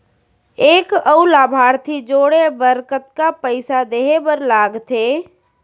एक अऊ लाभार्थी जोड़े बर कतका पइसा देहे बर लागथे?